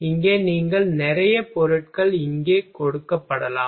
இங்கே நீங்கள் நிறைய பொருட்கள் இங்கே கொடுக்கப்படலாம்